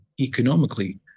economically